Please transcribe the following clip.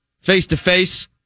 face-to-face